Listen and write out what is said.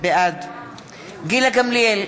בעד גילה גמליאל,